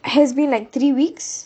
has been like three weeks